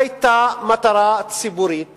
היתה מטרה ציבורית